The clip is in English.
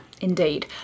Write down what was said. indeed